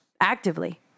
actively